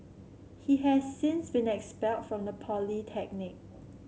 he has since been expelled from the polytechnic